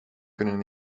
kunnen